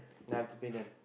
then I have to pay them